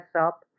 up